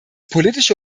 politische